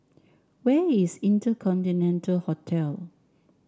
where is InterContinental Hotel